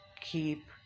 keep